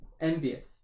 Envious